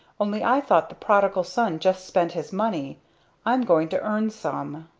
only i thought the prodigal son just spent his money i'm going to earn some.